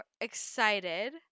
excited